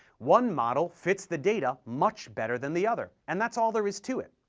one model fits the data much better than the other, and that's all there is to it.